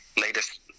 latest